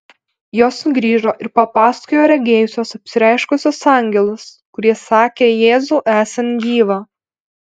jos sugrįžo ir papasakojo regėjusios apsireiškusius angelus kurie sakę jėzų esant gyvą